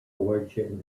origin